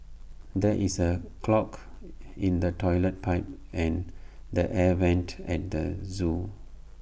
there is A clog in the Toilet Pipe and the air Vents at the Zoo